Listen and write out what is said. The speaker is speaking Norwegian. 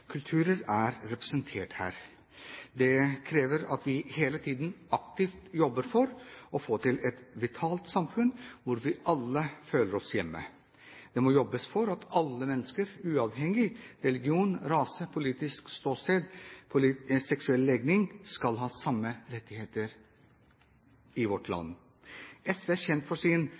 kulturer er representert her. Det krever at vi hele tiden aktivt jobber for å få til et vitalt samfunn hvor vi alle føler oss hjemme. Det må jobbes for at alle mennesker, uavhengig av religion, rase, politisk ståsted eller seksuell legning, skal ha de samme rettigheter i vårt land. SV er kjent for sin